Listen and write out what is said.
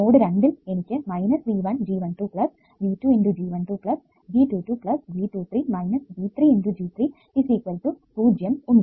node 2 യിൽ എനിക്ക് V1 G12 V2 × G1 2 G2 2 G2 3 V3 × G 3 0 ഉണ്ട്